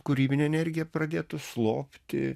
kūrybinė energija pradėtų slopti